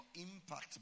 impact